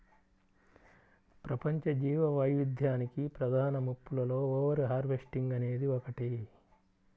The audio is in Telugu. ప్రపంచ జీవవైవిధ్యానికి ప్రధాన ముప్పులలో ఓవర్ హార్వెస్టింగ్ అనేది ఒకటి